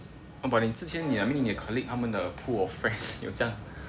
eh but 之前你 I mean 你的 colleague 他们的 pool of friends 有这样